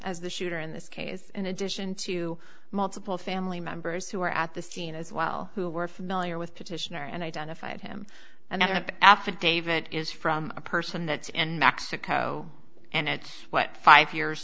as the shooter in this case in addition to multiple family members who were at the scene as well who were familiar with petitioner and identified him and i have an affidavit is from a person that's in mexico and it's what five years